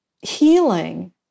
healing